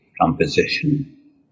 composition